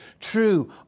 True